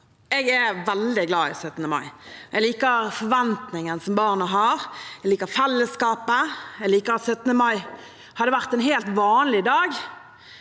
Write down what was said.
Jeg er veldig glad i 17. mai. Jeg liker forventningen som barna har, jeg liker fellesskapet, jeg liker at 17. mai hadde vært en helt vanlig dag